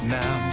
now